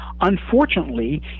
Unfortunately